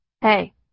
Hey